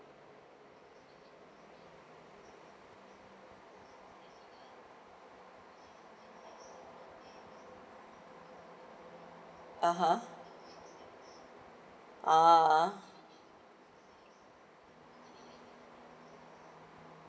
ah ha ah